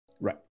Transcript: Right